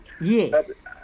Yes